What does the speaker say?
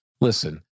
Listen